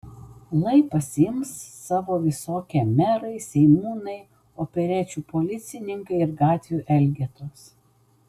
lai pasiims savo visokie merai seniūnai operečių policininkai ir gatvių elgetos